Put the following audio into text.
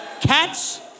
Cats